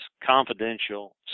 confidential